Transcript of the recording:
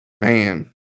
Man